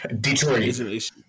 Detroit